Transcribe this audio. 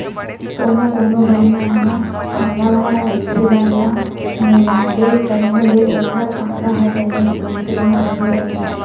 कोनो कोनो बन मन ह कांदा वाला रहिथे, बन ल निंदवाबे तभो ले ओखर कांदा ह जमीन के भीतरी म रहि जाथे